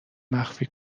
مخفی